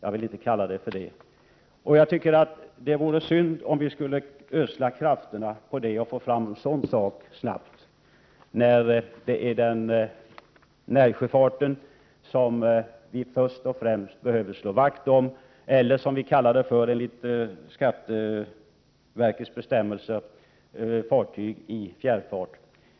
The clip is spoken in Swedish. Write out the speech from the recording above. Jag tycker det vore synd om vi skulle ödsla krafterna på att få fram något sådant snabbt, när det är närsjöfarten som vi först och främst behöver slå vakt om. Det handlar om det som vi i enlighet med skatteverkets bestämmelser kallar fartyg i fjärrfart.